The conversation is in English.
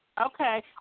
Okay